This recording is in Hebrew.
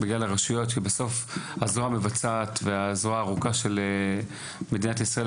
הרשויות הן בסוף הזרוע הארוכה והמבצעת של מדינת ישראל.